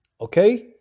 okay